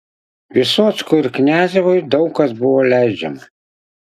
vysockui ir kniazevui daug kas buvo leidžiama